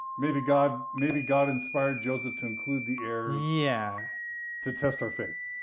maybe god maybe god inspired joseph to include the errors yeah to test our faith,